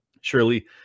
Surely